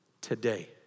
today